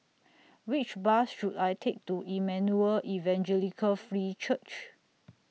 Which Bus should I Take to Emmanuel Evangelical Free Church